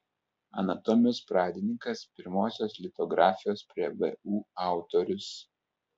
anatomijos pradininkas pirmosios litografijos prie vu autorius